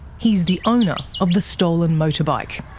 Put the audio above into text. he's the owner of the stolen motorbike.